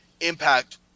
impact